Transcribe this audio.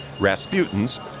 Rasputin's